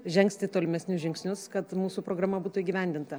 žengti tolimesnius žingsnius kad mūsų programa būtų įgyvendinta